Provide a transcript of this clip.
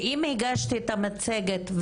שאם הגשת את המצגת,